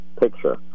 picture